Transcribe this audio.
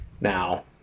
Now